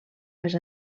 més